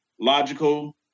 logical